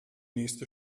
nächste